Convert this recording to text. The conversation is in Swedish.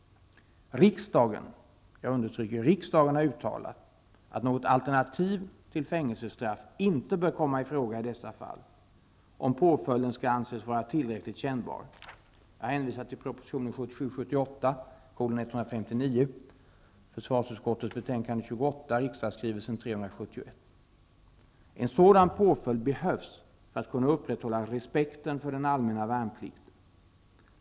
Riksdagen har uttalat att något alternativ till fängelsestraff inte bör komma i fråga i dessa fall, om påföljden skall anses vara tillräckligt kännbar. Jag hänvisar till prop. 1977/79:159, FöU28, rskr. 371. En sådan påföljd behövs för att kunna upprätthålla respekten för den allmänna värnplikten.